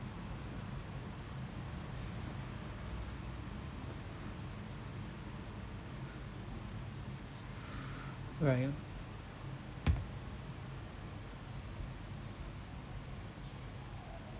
right